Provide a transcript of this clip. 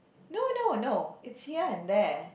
no no no it's here and there